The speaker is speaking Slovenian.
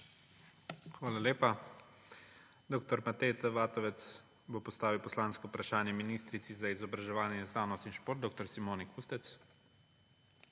Hvala lepa. Dr. Matej T. Vatovec bo postavil poslansko vprašanje ministrici za izobraževanje, znanost in šport dr. Simoni Kustec.